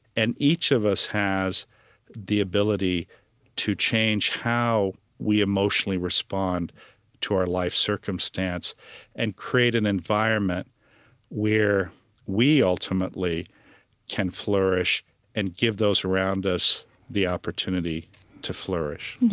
and each of us has the ability to change how we emotionally respond to our life circumstance and create an environment where we ultimately can flourish and give those around us the opportunity to flourish